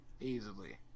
easily